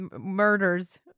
murders